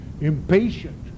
impatient